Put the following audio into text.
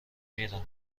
میرم